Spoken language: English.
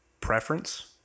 preference